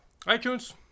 iTunes